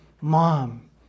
Mom